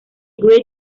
great